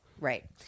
Right